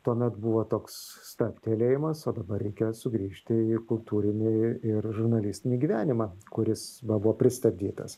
tuomet buvo toks stabtelėjimas o dabar reikia sugrįžti į kultūrinį ir žurnalistinį gyvenimą kuris va buvo pristabdytas